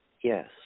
Yes